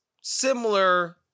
similar